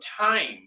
time